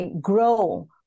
grow